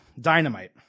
Dynamite